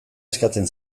eskatzen